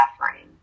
suffering